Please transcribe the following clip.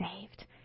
saved